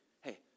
hey